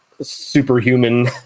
superhuman